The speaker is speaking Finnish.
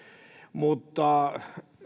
mutta